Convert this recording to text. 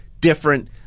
different